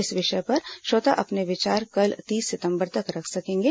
इस विषय पर श्रोता अपने विचार कल तीस सितंबर तक रख सकेंगे